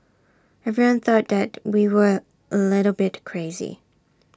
everyone thought that we were A little bit crazy